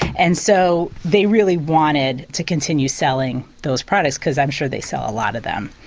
and so they really wanted to continue selling those products because i'm sure they sell a lot of them.